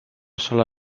sola